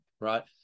right